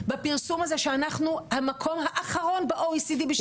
בפרסום הזה שאנחנו המקום האחרון ב-OECD בשוויון מגדרי.